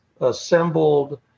assembled